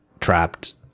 trapped